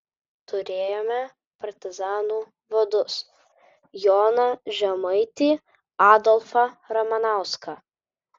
turėjome partizanų vadus joną žemaitį adolfą ramanauską